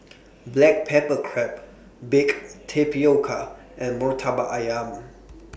Black Pepper Crab Baked Tapioca and Murtabak Ayam